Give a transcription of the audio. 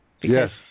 Yes